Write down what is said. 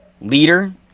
Leader